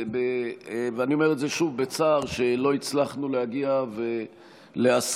אני אומר שוב בצער שלא הצלחנו להגיע להסכמות